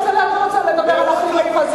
כצל'ה, אני רוצה לדבר על החינוך הזה.